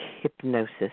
hypnosis